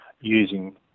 using